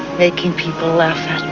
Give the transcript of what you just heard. making people laugh.